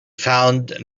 found